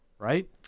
right